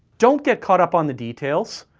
don't get caught up on the details.